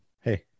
hey